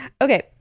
Okay